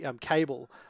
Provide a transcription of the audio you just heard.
cable